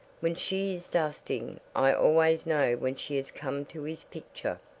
when she is dusting i always know when she has come to his picture.